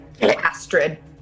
Astrid